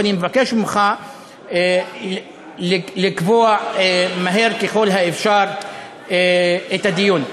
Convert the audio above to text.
ואני מבקש ממך לקבוע מהר ככל האפשר את הדיון.